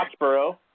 Foxborough